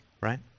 right